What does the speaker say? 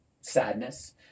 sadness